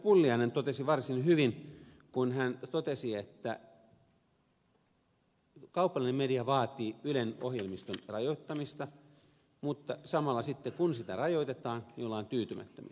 pulliainen totesi varsin hyvin kun hän totesi että kaupallinen media vaatii ylen ohjelmiston rajoittamista mutta samalla sitten kun sitä rajoitetaan ollaan tyytymättömiä